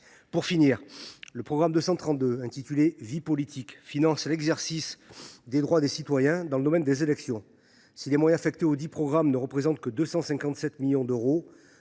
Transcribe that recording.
du ministère. Le programme 232 « Vie politique » finance l’exercice des droits des citoyens dans le domaine des élections. Si les moyens affectés audit programme ne s’élèvent qu’à 257 millions d’euros,